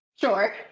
Sure